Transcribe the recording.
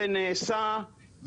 זה נעשה,